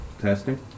Testing